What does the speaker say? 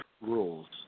rules